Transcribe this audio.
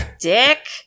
dick